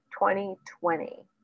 2020